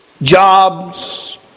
Jobs